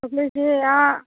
ꯑꯩꯈꯣꯏꯁꯦ ꯑꯥ